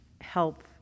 help